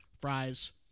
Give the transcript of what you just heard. fries